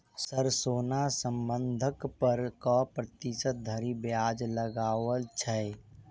Sir सोना बंधक पर कऽ प्रतिशत धरि ब्याज लगाओल छैय?